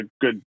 good